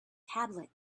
tablet